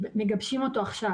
שמגבשים אותו עכשיו.